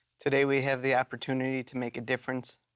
today we have the opportunity to make a difference,